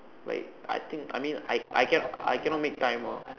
like I think I mean I I cannot I cannot make time ah